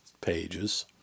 pages